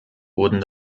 wurden